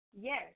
Yes